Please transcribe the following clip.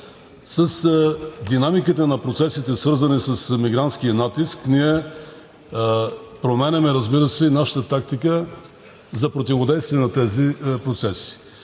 С динамиката на процесите, свързани с мигрантския натиск, ние променяме, разбира се, и нашата тактика за противодействие на тези процеси.